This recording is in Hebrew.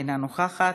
אינה נוכחת,